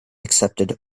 accepted